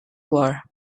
war